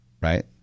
right